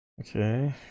Okay